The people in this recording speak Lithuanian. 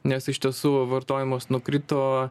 nes iš tiesų vartojimas nukrito